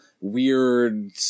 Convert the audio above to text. weird